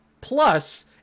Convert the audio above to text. plus